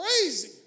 crazy